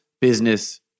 Business